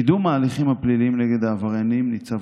קידום ההליכים הפליליים נגד העבריינים ניצב